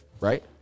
right